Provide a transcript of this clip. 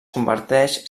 converteix